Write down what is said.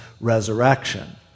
resurrection